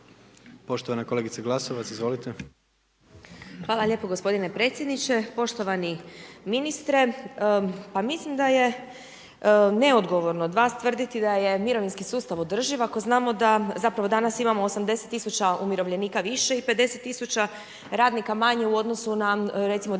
Poštovana kolegica Glasovac, izvolite. **Glasovac, Sabina (SDP)** Hvala lijepo gospodine predsjedniče. Poštovani ministre, pa mislim da je neodgovorno od vas tvrditi da je mirovinski sustav održiv ako znamo da, zapravo danas imamo 80 000 umirovljenika više i 50 000 radnika manje u odnosu na recimo